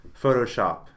Photoshop